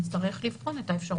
נצטרך לבחון את האפשרות.